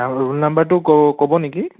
আৰু ৰোল নাম্বাৰটো ক ক'ব নেকি